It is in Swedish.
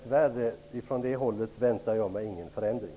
Från det hållet väntar jag mig tyvärr ingen förändring.